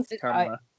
camera